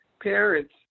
parents